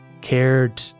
cared